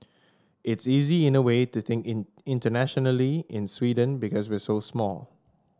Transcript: it's easy in a way to think in internationally in Sweden because we're so small